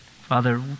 Father